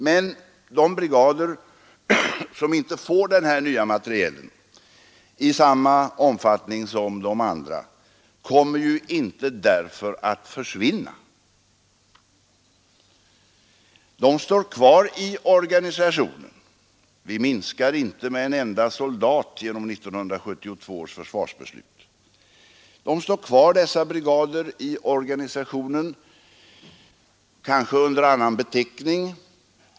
Men de brigader som inte får den nya materielen i samma omfattning som de andra kommer därför inte att försvinna; de står kvar i organisationen, kanske under annan beteckning — vi minskar den inte med en enda soldat genom 1972 års försvarsbeslut.